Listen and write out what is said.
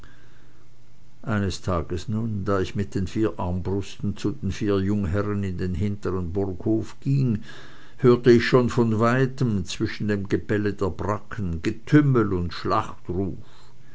eines tages nun da ich mit den vier armbrusten zu den vier jungherren in den hintern burghof ging hörte ich schon von weitem zwischen dem gebelle der bracken getümmel und